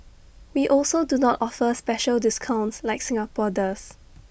we also do not offer special discounts like Singapore does